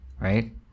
right